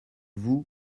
vous